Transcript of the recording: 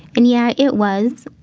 and yeah, it was.